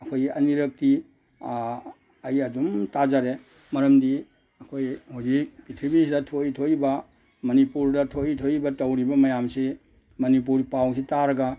ꯑꯩꯈꯣꯏꯒꯤ ꯑꯅꯤꯔꯛꯀꯤ ꯑꯩ ꯑꯗꯨꯝ ꯇꯥꯖꯔꯦ ꯃꯔꯝꯗꯤ ꯑꯩꯈꯣꯏ ꯍꯧꯖꯤꯛ ꯄ꯭ꯔꯤꯊꯤꯕꯤꯁꯤꯗ ꯊꯣꯛꯏ ꯊꯣꯛꯏꯕ ꯃꯅꯤꯄꯨꯔꯗ ꯊꯣꯛꯏ ꯊꯣꯛꯏꯕ ꯇꯧꯔꯤꯕ ꯃꯌꯥꯝꯁꯤ ꯃꯅꯤꯄꯨꯔ ꯄꯥꯎꯁꯤ ꯇꯥꯔꯒ